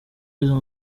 izo